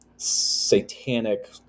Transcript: Satanic